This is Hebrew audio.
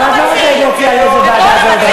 אבל, לאיזו ועדה זה עובר.